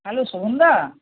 hello শোভনদা